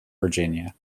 virginia